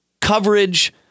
coverage